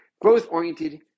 growth-oriented